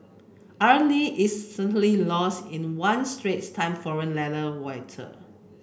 irony is certainly lost on one Straits Time forum letter writer